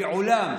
מעולם,